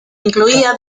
incluía